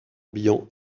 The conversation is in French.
morbihan